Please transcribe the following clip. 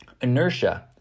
Inertia